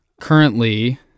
currently